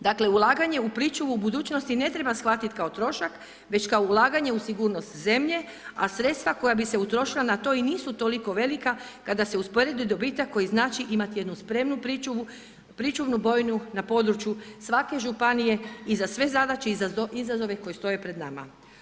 Dakle, ulaganje u pričuvu u budućnosti ne treba shvatiti kao trošak već kao ulaganje u sigurnost zemlje, a sredstva koja bi se utrošila na to i nisu toliko velika kada se usporedi dobitak koji znači imati jednu spremnu pričuvnu, pričuvnu bojnu na području svake županije i za sve zadaće i izazove koji stoje pred nama.